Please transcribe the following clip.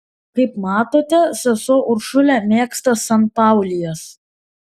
kaip matote sesuo uršulė mėgsta sanpaulijas